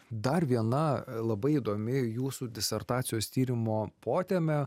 dar viena labai įdomi jūsų disertacijos tyrimo potemė